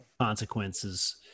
consequences